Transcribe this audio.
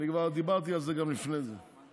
כבר דיברתי על זה גם לפני כן.